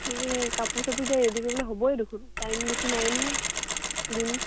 তাকে সেই কাপোৰ চাপোৰ এতিয়া ৰেডি কৰিবলৈ হ'বই দেখোন টাইম বেছি নাই নহয় দিন